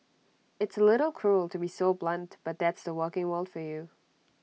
it's A little cruel to be so blunt but that's the working world for you